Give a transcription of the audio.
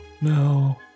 no